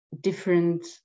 different